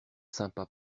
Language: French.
sympa